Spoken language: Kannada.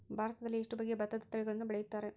ಭಾರತದಲ್ಲಿ ಎಷ್ಟು ಬಗೆಯ ಭತ್ತದ ತಳಿಗಳನ್ನು ಬೆಳೆಯುತ್ತಾರೆ?